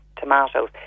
tomatoes